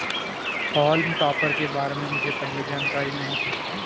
हॉल्म topper के बारे में मुझे पहले जानकारी नहीं थी